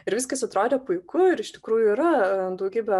ir viskas atrodė puiku ir iš tikrųjų yra daugybė